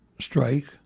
strike